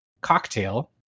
cocktail